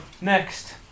next